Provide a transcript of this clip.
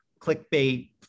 clickbait